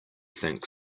think